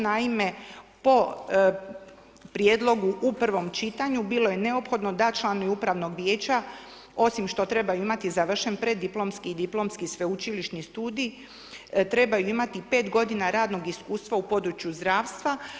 Naime, po prijedlogu u prvom čitanju bilo je neophodno da članovi upravnog vijeća, osim što trebaju imati završen preddiplomski i diplomski sveučilišni studij, trebaju imati 5 godina radnog iskustva u području zdravstva.